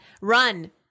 Run